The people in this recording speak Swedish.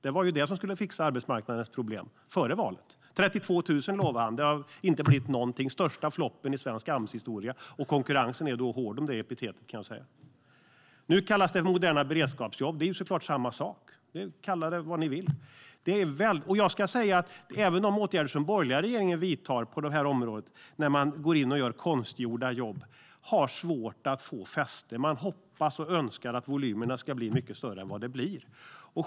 Det var ju de som skulle fixa arbetsmarknadens problem före valet. 32 000 traineejobb lovade han, men det har inte blivit någonting. Det är den största floppen i svensk Amshistoria, och konkurrensen är hård om det epitetet, kan jag säga. Nu kallas det alltså moderna beredskapsjobb. Det är såklart samma sak; kalla det vad ni vill. Jag ska säga att även de åtgärder som de borgerliga partierna vill vidta på det här området, när man går in och gör konstgjorda jobb, har svårt att få fäste. Man hoppas och önskar att volymerna ska bli mycket större än vad de blir.